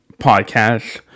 podcast